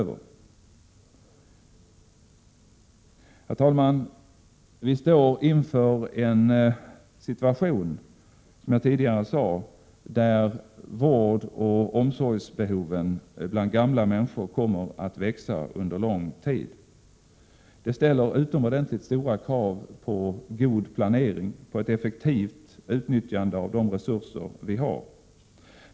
Vi står inför en situation där, som jag tidigare sade, vårdoch omsorgsbehoven bland gamla människor kommer att öka under lång tid. Det ställer utomordentligt stora krav på god planering och på ett effektivt utnyttjande av de resurser vi har.